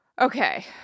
Okay